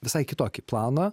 visai kitokį planą